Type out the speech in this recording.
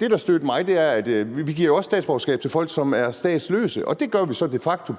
Det, der stødte mig, er, at vi jo også giver statsborgerskab til folk, som er statsløse. Og det gør så de facto,